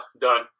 done